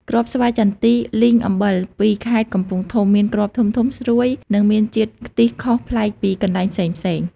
គ្រាប់ស្វាយចន្ទីលីងអំបិលពីខេត្តកំពង់ធំ មានគ្រាប់ធំៗ ស្រួយ និងមានជាតិខ្ទិះខុសប្លែកពីកន្លែងផ្សេង។